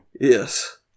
Yes